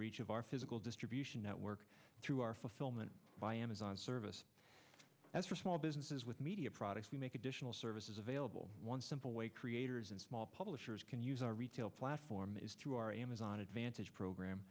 reach of our physical distribution network to our fulfillment by amazon service that's for small businesses with media products we make additional services available one simple way creators and small publishers can use our retail platform is to our amazon an advantage program